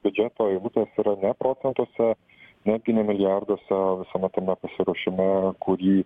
biudžeto eilutės yra ne procentuose netgi ne milijarduose visame tame pasiruošime kurį